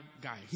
guy